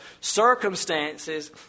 circumstances